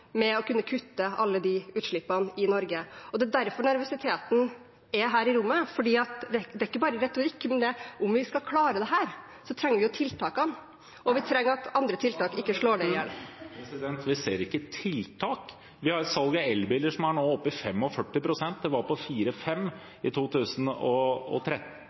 med å kutte alle de utslippene i Norge. Det er derfor nervøsiteten er her i rommet, og det er ikke bare retorikk, for om vi skal klare dette, trenger vi tiltak, og vi trenger at andre tiltak ikke slår dem i hjel. «Vi ser ikke tiltak?» Vi har et salg av elbiler som nå er oppe i 45 pst. Det var på 4–5 pst. i 2013.